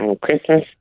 Christmas